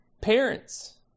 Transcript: Parents